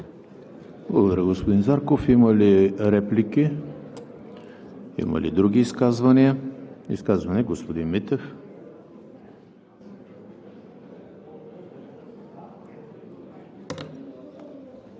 Благодаря, господин Зарков. Има ли реплики? Има ли други изказвания? Изказване – господин Митев.